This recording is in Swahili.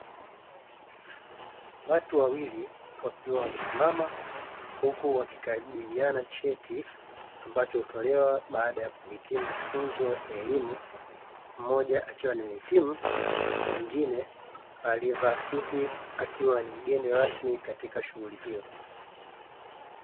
Watu wawili wakiwa wamesimama huku wakikabidhiana cheti ambacho hutolewa baada ya kuhitimu mafunzo ya elimu; mmoja akiwa ni muhitimu na mwingine aliyevaa suti akiwa ni mgeni rasmi katika shughuri hiyo.